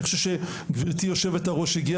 אני חושב גבירתי היושבת ראש שהגיע